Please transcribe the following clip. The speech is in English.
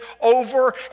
over